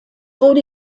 wurde